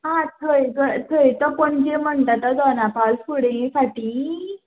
हां थंय थंय थंय तो पणजे म्हणटा तो दोनापावल फुडें फाटीं